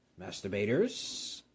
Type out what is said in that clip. masturbators